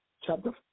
Chapter